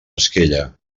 esquella